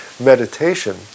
meditation